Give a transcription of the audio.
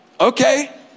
okay